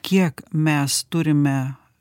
kiek mes turime